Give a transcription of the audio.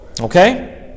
okay